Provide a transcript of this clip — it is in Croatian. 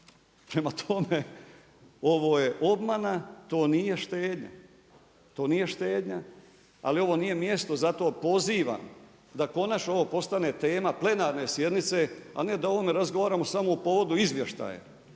Prema tome, ovo je obmana to nije štednja, ali ovo nije mjesto. Zato pozivam da konačno ovo postane tema plenarne sjednice, a ne da ovome razgovaramo samo u povodu izvještaja.